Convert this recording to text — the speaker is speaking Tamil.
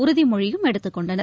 உறுதிமொழியும் எடுத்துக் கொண்டனர்